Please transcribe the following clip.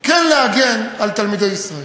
כן להגן על תלמידי ישראל.